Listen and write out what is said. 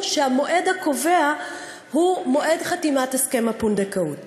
שהמועד הקובע הוא מועד חתימת הסכם הפונדקאות.